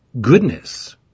goodness